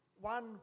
One